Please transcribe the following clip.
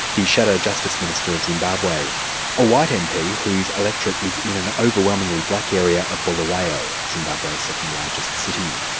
the shadow justice minister of zimbabwe a white mp, whose electorate is in an overwhelmingly black area of bulawayo, zimbabwe's second-largest city.